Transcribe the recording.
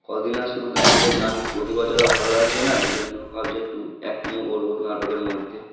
কদিন আর শুধু একটা গান প্রতি বছর আর ভালো লাগছে না এই জন্য ভাবছি একটু অ্যাক্টিংও করবো নাটকের মধ্যে